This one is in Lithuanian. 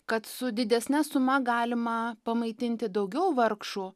kad su didesne suma galima pamaitinti daugiau vargšų